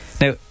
Now